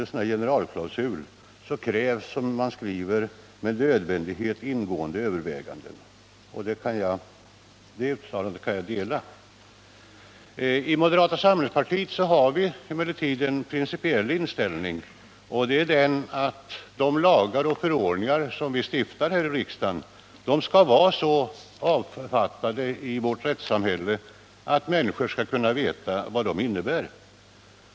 Utskottet säger att utformningen av en sådan klausul ”kräver med nödvändighet ingående överväganden”. Det uttalandet kan jag instämma i. Inom moderata samlingspartiet har vi en principinställning, och det är att de lagar och förordningar som vi stiftar här i riksdagen skall vara så avfattade att människorna i vårt rättssamhälle skall kunna veta vad de innebär.